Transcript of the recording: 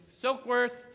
Silkworth